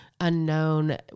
unknown